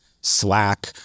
Slack